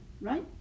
right